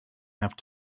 have